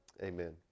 Amen